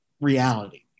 reality